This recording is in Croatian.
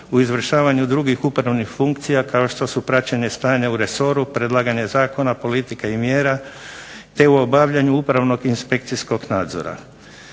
u izvršavanju drugih upravnih funkcija kao što su praćenje stanja u resoru, predlaganje zakona, politike i mjera, te u obavljanju upravnog inspekcijskog nadzora.